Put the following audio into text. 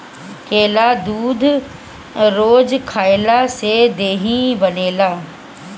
केला दूध रोज खइला से देहि बनेला